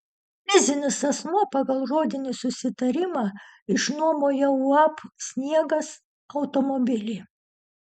fizinis asmuo pagal žodinį susitarimą išnuomojo uab sniegas automobilį